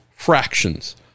fractions